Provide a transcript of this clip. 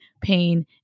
pain